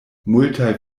multaj